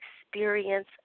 experience